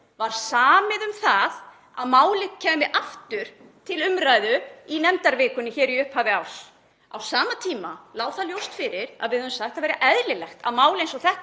var samið um það að málið kæmi aftur til umræðu í nefndavikunni í upphafi árs. Á sama tíma lá það ljóst fyrir að við höfum sagt að það væri eðlilegt að mál eins og þetta